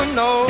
no